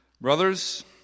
brothers